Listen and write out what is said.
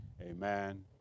amen